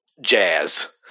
jazz